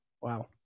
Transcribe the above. wow